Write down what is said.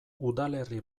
udalerri